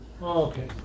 Okay